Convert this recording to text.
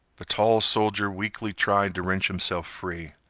the tall soldier weakly tried to wrench himself free.